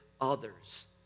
others